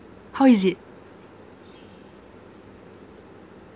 how is it